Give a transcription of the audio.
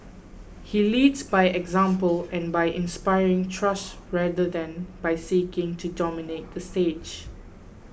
he leads by example and by inspiring trust rather than by seeking to dominate the stage